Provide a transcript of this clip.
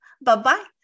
Bye-bye